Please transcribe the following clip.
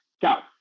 ciao